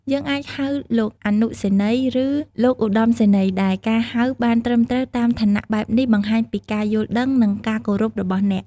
យើងអាចហៅ "លោកអនុសេនីយ៍" ឬ "លោកឧត្តមសេនីយ៍" ដែលការហៅបានត្រឹមត្រូវតាមឋានៈបែបនេះ បង្ហាញពីការយល់ដឹង និង ការគោរពរបស់អ្នក។